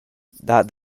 dat